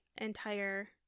entire